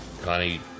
Connie